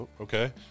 Okay